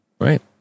Right